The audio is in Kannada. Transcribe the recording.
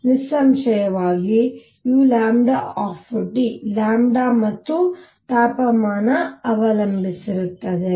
ನಿಸ್ಸಂಶಯವಾಗಿ u ಮತ್ತು ತಾಪಮಾನ ಅವಲಂಬಿಸಿರುತ್ತದೆ